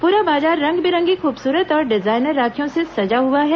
पूरा बाजार रंग बिरंगी खूबसूरत और डिजाईनर राखियों से सजा हुआ है